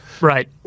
Right